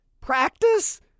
practice